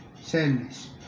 sadness